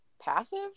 passive